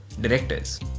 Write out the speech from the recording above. directors